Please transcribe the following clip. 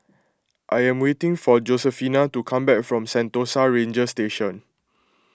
I am waiting for Josefina to come back from Sentosa Ranger Station